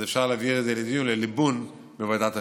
אפשר להעביר את זה לדיון ולליבון בוועדת החינוך.